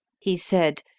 he said,